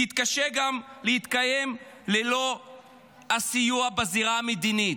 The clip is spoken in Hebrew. תתקשה להתקיים גם ללא הסיוע בזירה המדינית.